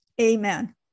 Amen